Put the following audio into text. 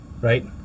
Right